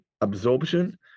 absorption